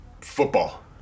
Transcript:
Football